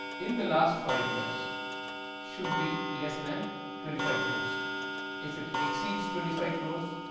in the last five years should be less than twenty five crores if it exceeds twenty five crores